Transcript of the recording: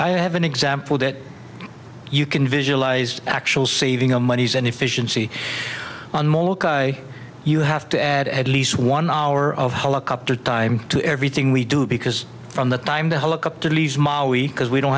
i have an example that you can visualize actual saving them money and efficiency you have to add at least one hour of helicopter time to everything we do because from the time the helicopter because we don't